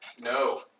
No